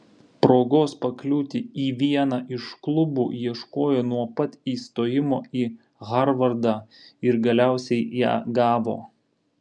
progos pakliūti į vieną iš klubų ieškojo nuo pat įstojimo į harvardą ir galiausiai ją gavo